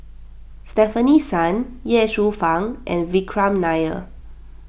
Stefanie Sun Ye Shufang and Vikram Nair